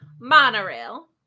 monorail